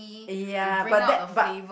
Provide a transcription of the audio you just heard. ya but that but